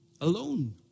alone